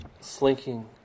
slinking